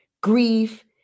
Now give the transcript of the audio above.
grief